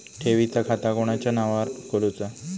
ठेवीचा खाता कोणाच्या नावार खोलूचा?